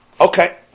Okay